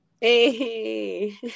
Hey